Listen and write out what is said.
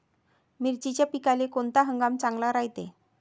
मिर्चीच्या पिकाले कोनता हंगाम चांगला रायते?